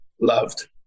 loved